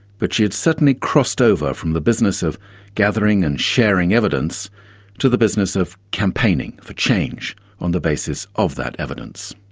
but she had certainly crossed over from the business of gathering and sharing evidence to the business of campaigning for change on the basis of that evidence.